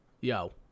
yo